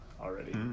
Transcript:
already